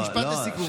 משפט לסיכום.